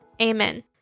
amen